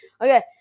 Okay